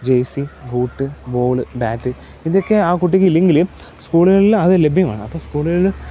Jersey boot ball bat ഇതൊക്കെ ആ കുട്ടിക്ക് ഇല്ലെങ്കിൽ സ്കൂളുകളിൽ അത് ലഭ്യമാണ് അപ്പോൾ സ്കൂളുകളിൽ